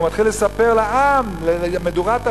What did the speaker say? והוא מתחיל לספר לעם, למדורת השבט,